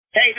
Hey